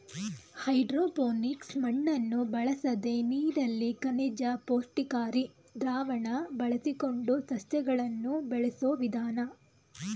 hydroponics ಮಣ್ಣನ್ನು ಬಳಸದೆ ನೀರಲ್ಲಿ ಖನಿಜ ಪುಷ್ಟಿಕಾರಿ ದ್ರಾವಣ ಬಳಸಿಕೊಂಡು ಸಸ್ಯಗಳನ್ನು ಬೆಳೆಸೋ ವಿಧಾನ